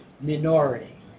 minority